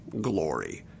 glory